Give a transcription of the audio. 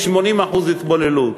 יש 80% התבוללות,